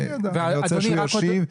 ואני רוצה שהוא ישיב,